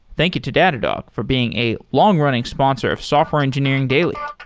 thank you to datadog for being a long-running sponsor of software engineering daily